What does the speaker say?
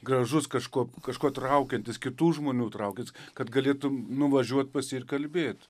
gražus kažkuo kažkuo traukiantis kitų žmonių traukiate kad galėtum nuvažiuot pas jį ir kalbėt